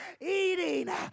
eating